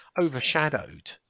overshadowed